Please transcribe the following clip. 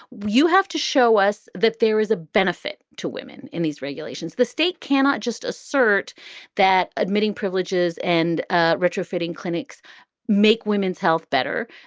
you have to show us that there is a benefit to women in these regulations. the state cannot just assert that admitting privileges and ah retrofitting clinics make women's health better.